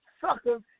suckers